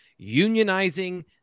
unionizing